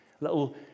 little